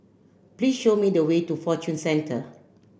please show me the way to Fortune Centre